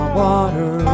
water